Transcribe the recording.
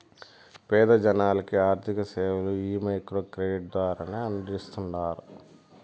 పేద జనాలకి ఆర్థిక సేవలు ఈ మైక్రో క్రెడిట్ ద్వారానే అందిస్తాండారు